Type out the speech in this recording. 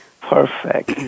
Perfect